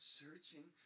searching